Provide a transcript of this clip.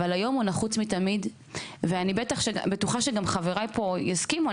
אבל היום הוא נחוץ מתמיד ואני בטוחה שגם חבריי פה יסכימו,